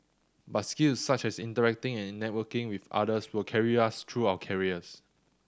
but skills such as interacting and networking with others will carry us through our careers